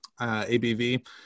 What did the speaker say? ABV